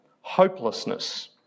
hopelessness